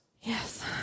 Yes